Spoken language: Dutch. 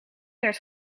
werd